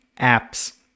apps